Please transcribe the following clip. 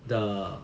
the